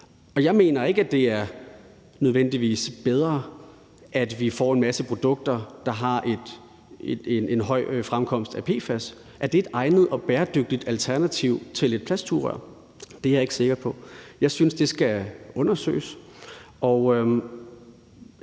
jeg mener ikke, at det nødvendigvis er bedre, at vi får en masse produkter, der har en høj fremkomst af PFAS. Er det et egnet og bæredygtigt alternativ til et plastsugerør? Det er jeg ikke sikker på. Jeg synes, det skal undersøges.